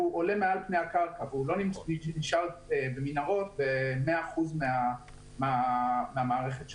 הוא יוצא מעל פני הקרקע ולא נשאר במנהרות ב-100% מהמערכת שלו.